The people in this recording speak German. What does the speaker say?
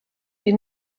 die